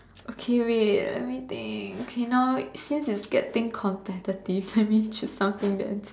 okay wait let me think okay now since it's getting competitive let me choose something that is